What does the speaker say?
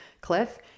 cliff